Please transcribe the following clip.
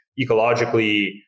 ecologically